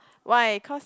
why cause